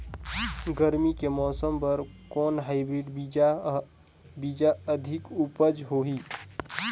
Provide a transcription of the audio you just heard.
गरमी के मौसम बर कौन हाईब्रिड बीजा अधिक उपज होही?